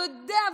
והוא יודע,